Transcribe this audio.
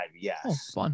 Yes